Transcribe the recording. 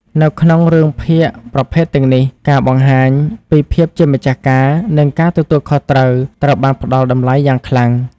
នៅក្នុងរឿងភាពប្រភេទទាំងនេះ ការបង្ហាញ ពីភាពជាម្ចាស់ការ និងការទទួលខុសត្រូវត្រូវបានផ្ដល់តម្លៃយ៉ាងខ្លាំង។។